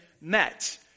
met